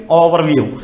overview